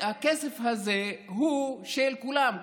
הכסף הזה הוא של כולם.